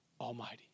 almighty